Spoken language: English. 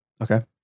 Okay